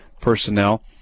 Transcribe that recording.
personnel